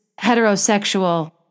heterosexual